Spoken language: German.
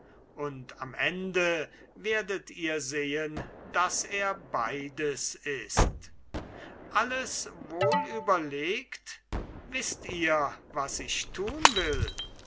und am ende werdet ihr sehen daß er beides ist alles wohl überlegt wißt ihr was ich tun will